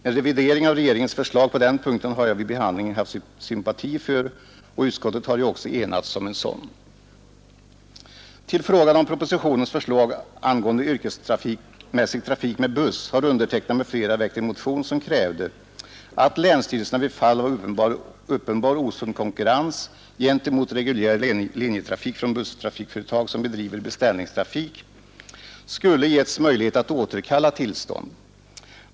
En revidering av regeringens förslag på den punkten har jag vid behandlingen haft sympati för, och utskottet har också enats om en sådan. I samband med propositionens förslag angående yrkesmässig trafik med buss har jag och några andra väckt en motion som krävde att länsstyrelserna vid fall av uppenbar osund konkurrens gentemot reguljär linjetrafik med busstrafik företag, som bedriver beställningstrafik, skulle getts möjlighet att återkalla tillstånd.